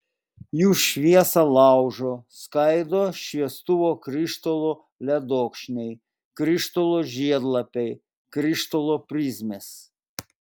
jų šviesą laužo skaido šviestuvo krištolo ledokšniai krištolo žiedlapiai krištolo prizmės